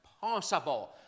possible